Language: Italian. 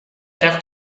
era